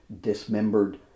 dismembered